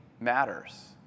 matters